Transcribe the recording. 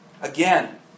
Again